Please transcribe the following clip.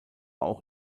auch